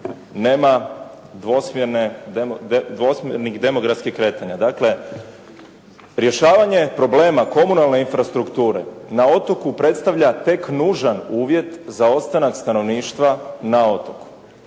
nema dvosmjernih demografski kretanja. Dakle, rješavanje problema komunalne infrastrukture, na otoku predstavlja tek nužan uvjet za ostanak stanovništva na otoku.